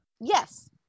Yes